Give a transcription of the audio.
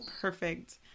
perfect